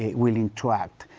ah willing to act.